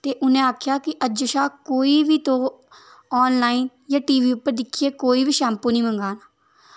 ते उ'नें आखेआ की अज्ज शा कोई बी तोह् आनलाइन जां टी बी उप्पर दिक्खियै कोई बी शैम्पू निं मंगायां